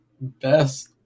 best